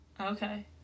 Okay